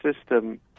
system